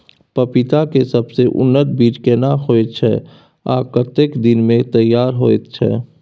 पपीता के सबसे उन्नत बीज केना होयत छै, आ कतेक दिन में तैयार होयत छै?